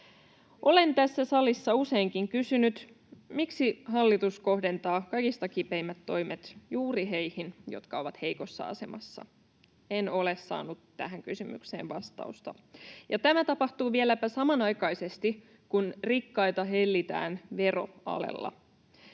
Olen tässä salissa useinkin kysynyt, miksi hallitus kohdentaa kaikista kipeimmät toimet juuri heihin, jotka ovat heikossa asemassa. En ole saanut tähän kysymykseen vastausta. Ja tämä tapahtuu vieläpä samanaikaisesti, kun rikkaita hellitään veroalella.